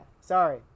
Sorry